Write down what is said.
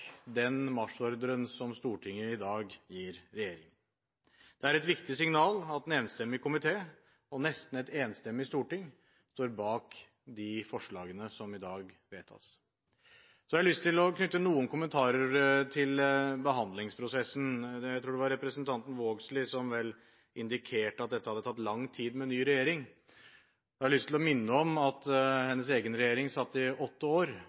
den marsjordren som Stortinget i dag gir regjeringen. Det er et viktig signal at en enstemmig komité og nesten et enstemmig storting står bak de forslagene som i dag vedtas. Jeg har lyst til å knytte noen kommentarer til behandlingsprosessen. Jeg tror det var representanten Vågslid som indikerte at dette hadde tatt lang tid med den nye regjeringen. Jeg har lyst til å minne om at hennes egen regjering satt i åtte år